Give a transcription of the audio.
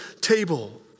table